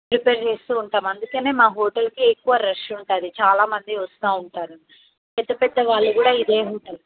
prepare చేస్తు ఉంటాం అందుకని మా హోటల్కి ఎక్కువ రష్ ఉంటుంది చాలా మంది వస్తు ఉంటారు పెద్ద పెద్ద వాళ్ళు కూడా ఇదే హోటల్